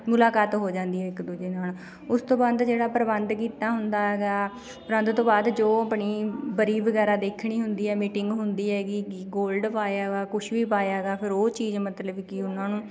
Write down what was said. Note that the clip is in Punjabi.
ਮੁਲਾਕਾਤ ਹੋ ਜਾਂਦੀ ਹੈ ਇੱਕ ਦੂਜੇ ਨਾਲ ਉਸ ਤੋਂ ਬਾਅਦ ਜਿਹੜਾ ਪ੍ਰਬੰਧ ਕੀਤਾ ਹੁੰਦਾ ਹੈਗਾ ਪ੍ਰਬੰਧ ਤੋਂ ਬਾਅਦ ਜੋ ਆਪਣੀ ਵਰੀ ਵਗੈਰਾ ਦੇਖਣੀ ਹੁੰਦੀ ਹੈ ਮੀਟਿੰਗ ਹੁੰਦੀ ਹੈਗੀ ਗੀ ਗੋਲਡ ਪਾਇਆ ਵਾ ਕੁਛ ਵੀ ਪਾਇਆ ਹੈਗਾ ਫਿਰ ਉਹ ਚੀਜ਼ ਮਤਲਬ ਕਿ ਉਹਨਾਂ ਨੂੰ